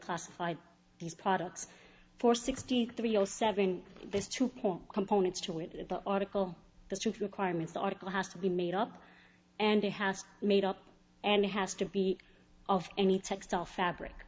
classified these products for sixty three zero seven this two point components to it in the article the strict requirements article has to be made up and it has made up and it has to be of any textile fabric